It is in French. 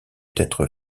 être